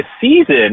season